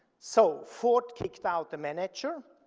so, ford kicked out the manager,